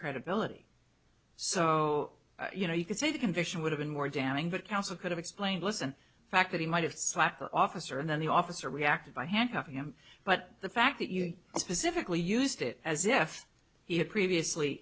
credibility so you know you could say the conviction would have been more damning but also could have explained listen fact that he might have officer and then the officer reacted by handcuffing him but the fact that you specifically used it as if he had previously